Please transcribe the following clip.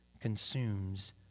consumes